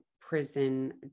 prison